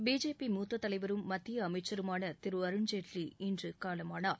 BJP மூத்த தலைவரும் மத்திய அமைச்சருமான அருண்ஜேட்வி இன்று காலமானார்